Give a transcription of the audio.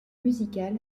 musical